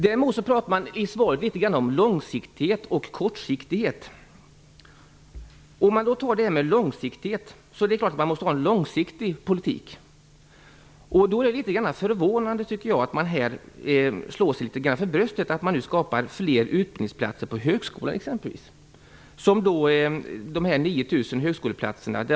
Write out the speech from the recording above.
Däremot talas det i svaret litet grand om långsiktighet och kortsiktighet. Det är klart att man måste ha en långsiktig politik. Det är därför förvånande att man slår sig litet grand för bröstet och t.ex. säger att man skapar fler utbildningsplatser på högskolan. Det handlar t.ex. om 9 000 högskoleplatser.